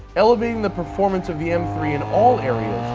elevating the performance of the m three in all areas,